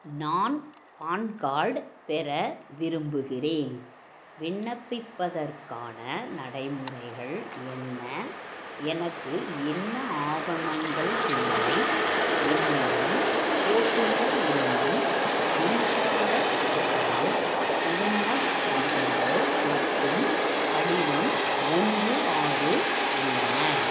நான் PAN card பெற விரும்புகிறேன் விண்ணப்பிப்பதற்கான நடைமுறைகள் என்ன எனக்கு என்ன ஆவணங்கள் தேவை என்னிடம் ஓட்டுநர் உரிமம் மின்சாரக் கட்டணம் திருமணச் சான்றிதழ் மற்றும் படிவம் ஒன்று ஆறு உள்ளன